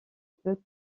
peut